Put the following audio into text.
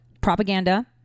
propaganda